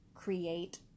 create